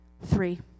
Three